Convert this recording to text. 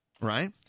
Right